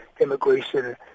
immigration